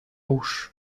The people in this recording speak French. auch